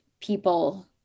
people